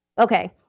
Okay